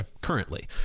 currently